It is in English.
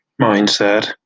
mindset